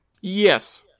Yes